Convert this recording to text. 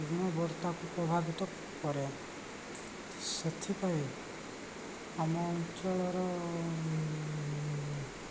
ବିଭିନ୍ନ ବର୍ତ୍ତାକୁ ପ୍ରଭାବିତ କରେ ସେଥିପାଇଁ ଆମ ଅଞ୍ଚଳର